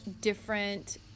different